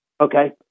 Okay